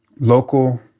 Local